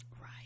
right